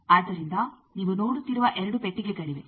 ಆದ್ದರಿಂದ ನೀವು ನೋಡುತ್ತಿರುವ ಎರಡು ಪೆಟ್ಟಿಗೆಗಳಿವೆ